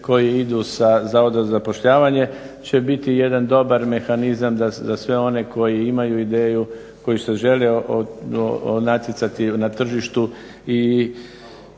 koje idu sa Zavoda za zapošljavanje će biti jedan dobar mehanizam za sve one koji imaju ideju, koji se žele natjecati na tržištu